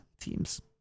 teams